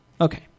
Okay